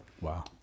Wow